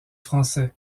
français